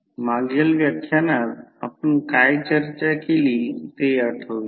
मागील व्याख्यानात आपण काय चर्चा केली ते आठवू या